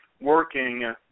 working